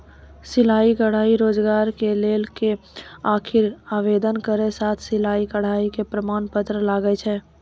सिलाई कढ़ाई रोजगार के लोन के खातिर आवेदन केरो साथ सिलाई कढ़ाई के प्रमाण पत्र लागै छै?